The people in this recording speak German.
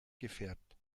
gefärbt